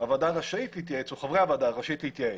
שהוועדה רשאית להתייעץ או חברי הוועדה רשאים להתייעץ.